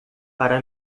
para